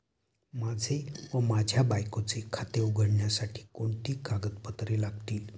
माझे व माझ्या बायकोचे खाते उघडण्यासाठी कोणती कागदपत्रे लागतील?